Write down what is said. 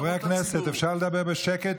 חברי הכנסת, אפשר לדבר בשקט?